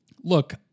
look